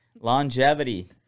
longevity